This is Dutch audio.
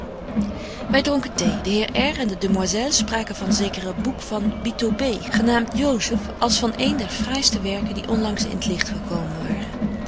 wy dronken thee de heer r en de desmoiselles spraken van zeker boek van bitaubé genaamt josef als van een der fraaiste werken die onlangs in t licht gekomen waren